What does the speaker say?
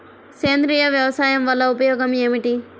సేంద్రీయ వ్యవసాయం వల్ల ఉపయోగం ఏమిటి?